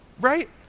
Right